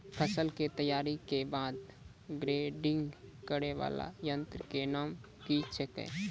फसल के तैयारी के बाद ग्रेडिंग करै वाला यंत्र के नाम की छेकै?